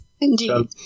Indeed